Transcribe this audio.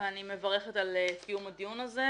אני מברכת על קיום הדיון הזה.